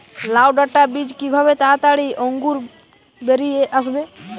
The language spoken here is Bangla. লাউ ডাটা বীজ কিভাবে তাড়াতাড়ি অঙ্কুর বেরিয়ে আসবে?